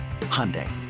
Hyundai